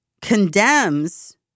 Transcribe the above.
condemns